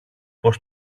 πως